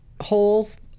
holes